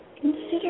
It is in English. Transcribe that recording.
Consider